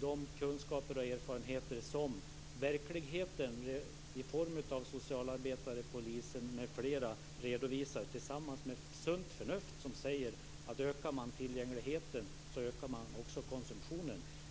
De kunskaper och erfarenheter som verkligheten i form av socialarbetare och poliser, m.fl., redovisar - tillsammans med sunt förnuft - innebär att man ökar konsumtionen om man ökar tillgängligheten.